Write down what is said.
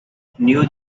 new